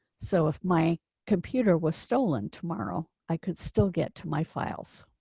so if my computer was stolen tomorrow. i could still get to my files.